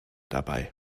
dabei